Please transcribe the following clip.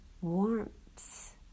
warmth